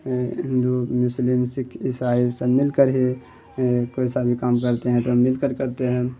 ہندو مسلم سکھ عیسائی سب مل کر ہی کوئی سا بھی کام کرتے ہیں تو مل کر کرتے ہیں